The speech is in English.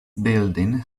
building